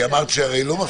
כי אמרת שלא מסכות.